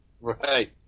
Right